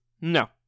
No